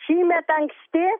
šįmet anksti